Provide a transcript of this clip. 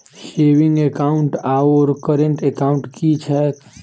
Saving account आओर current account की छैक?